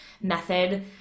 method